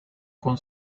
con